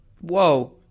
Whoa